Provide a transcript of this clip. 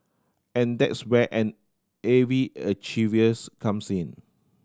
and that's where an A V comes in